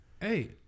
Hey